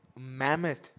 mammoth